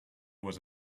was